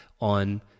on